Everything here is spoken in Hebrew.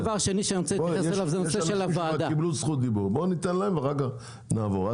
יש אנשים שכבר קיבלו זכות דיבור ואחרי זה נעבור.